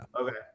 Okay